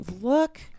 look